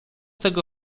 tego